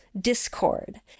discord